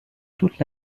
toute